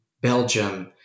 Belgium